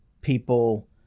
people